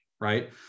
right